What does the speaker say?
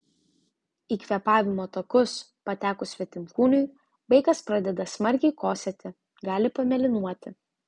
į kvėpavimo takus patekus svetimkūniui vaikas pradeda smarkiai kosėti gali pamėlynuoti